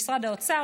למשרד האוצר,